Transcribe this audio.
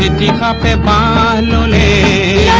ah da da da da